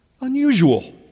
unusual